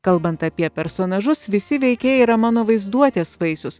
kalbant apie personažus visi veikėjai yra mano vaizduotės vaisius